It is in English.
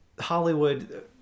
hollywood